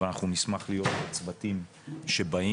אבל אנחנו נשמח להיות בצוותים שבאים,